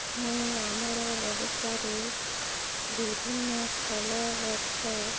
ମୁଇଁ ଆମର ବଗିଚାରେ ବିଭିନ୍ନ ଫଳ ଗଛ